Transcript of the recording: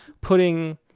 putting